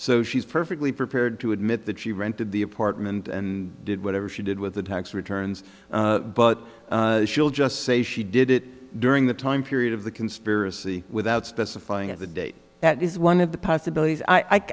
so she's perfectly prepared to admit that she rented the apartment and did whatever she did with the tax returns but she'll just say she did it during the time period of the conspiracy without specifying at the date that is one of the possibilities i